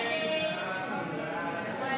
הסתייגות